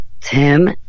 Tim